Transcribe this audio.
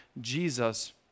Jesus